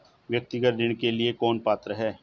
व्यक्तिगत ऋण के लिए कौन पात्र है?